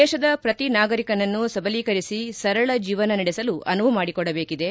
ದೇಶದ ಪ್ರತಿ ನಾಗರಿಕನನ್ನು ಸಬಲೀಕರಿಸಿ ಸರಳ ಜೀವನ ನಡೆಸಲು ಅನುವು ಮಾಡಿಕೊಡಬೇಕಿದೆ